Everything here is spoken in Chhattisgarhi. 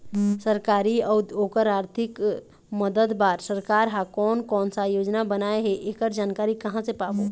सरकारी अउ ओकर आरथिक मदद बार सरकार हा कोन कौन सा योजना बनाए हे ऐकर जानकारी कहां से पाबो?